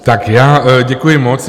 Tak já děkuji moc.